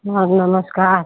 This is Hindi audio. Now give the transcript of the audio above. हाँ जी नमस्कार